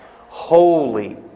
holy